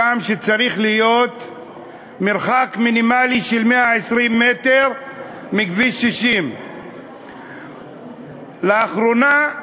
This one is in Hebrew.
צריך להיות מרחק מינימלי של 120 מטר מכביש 60. לאחרונה,